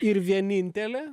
ir vienintelė